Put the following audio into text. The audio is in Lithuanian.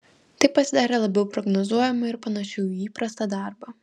tai pasidarė labiau prognozuojama ir panašiau į įprastą darbą